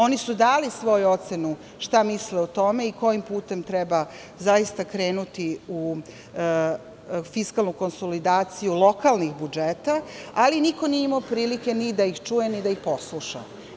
Oni su dali svoju ocenu šta misle o tome i kojim putem treba zaista krenuti u fiskalnu konsolidaciji lokalnih budžeta, ali niko nije imao prilike ni da ih čuje, ni da ih posluša.